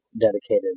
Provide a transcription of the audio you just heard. dedicated